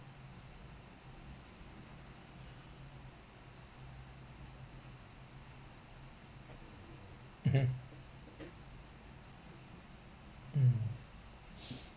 mmhmm mm